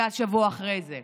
ואז שבוע אחרי זה: